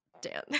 Dan